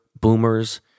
boomers